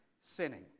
sinning